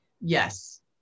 Yes